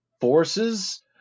forces